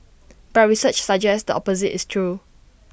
but research suggests the opposite is true